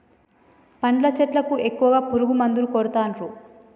పండ్ల చెట్లకు ఎక్కువ పురుగు మందులు కొడుతాన్రు